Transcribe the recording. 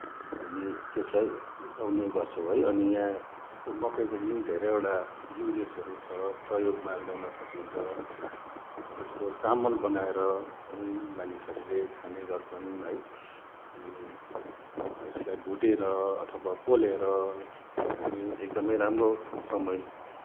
हामी त्यसलाई उठाउने गर्छौँ है अनि यहाँ त्यो मकैको पनि धेरैवटा युजेसहरू छ प्रयोगमा ल्याउन सकिन्छ त्यसको चामल बनाएर पनि मानिसहरूले खाने गर्छन् है अनि यसलाई भुटेर अथवा पोलेर खाने एकदमै राम्रो समय